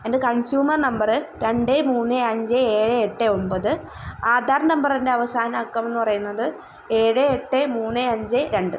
എൻ്റെ consumer number രണ്ട് മൂന്ന് അഞ്ച് ഏഴ് എട്ട് ഒമ്പത് അധാർ നമ്പറിൻറെ അവസാന അക്കം എന്ന് പറയുന്നത് ഏഴ് എട്ട് മൂന്ന് അഞ്ച് രണ്ട്